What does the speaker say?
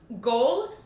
goal